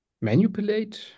manipulate